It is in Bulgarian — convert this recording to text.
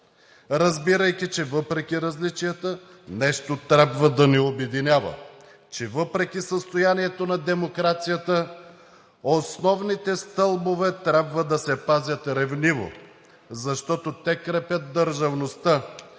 Разбирайки, че въпреки различията нещо трябва да ни обединява, че въпреки състоянието на демокрацията, основните стълбове трябва да се пазят ревниво, защото те крепят държавността,